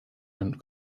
and